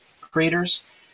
creators